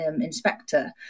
inspector